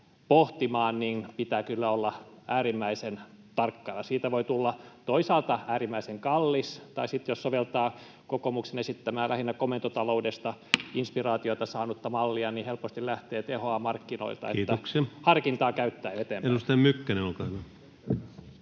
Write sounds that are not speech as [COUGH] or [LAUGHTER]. pitää kyllä olla äärimmäisen tarkkana. Siitä voi tulla toisaalta äärimmäisen kallis, tai sitten jos soveltaa kokoomuksen esittämää, lähinnä komentotaloudesta inspiraatiota saanutta mallia, [NOISE] niin helposti lähtee tehoa markkinoilta, niin että harkintaa käyttäen eteenpäin. Kiitoksia. — Edustaja Mykkänen, olkaa hyvä.